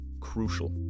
crucial